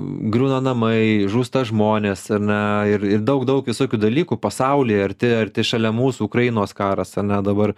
griūna namai žūsta žmonės ar ne ir ir daug daug visokių dalykų pasaulyje arti arti šalia mūsų ukrainos karas ar ne dabar